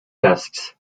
tasks